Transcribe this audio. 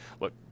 look